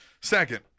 Second